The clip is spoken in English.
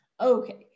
Okay